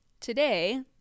Today